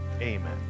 amen